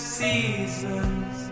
seasons